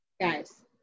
guys